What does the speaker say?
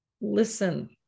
Listen